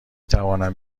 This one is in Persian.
توانم